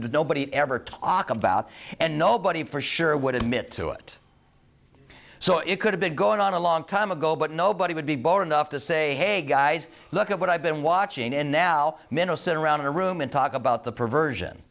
nobody ever talk about and nobody for sure would admit to it so it could have been going on a long time ago but nobody would be bored enough to say hey guys look at what i've been watching and now minal sit around in a room and talk about the perversion